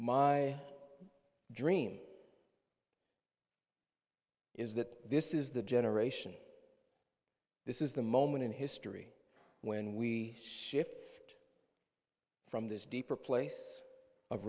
my dream is that this is the generation this is the moment in history when we shift from this deeper place of